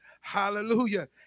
hallelujah